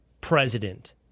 president